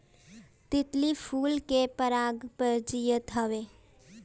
तितली फूल के पराग पर जियत हवे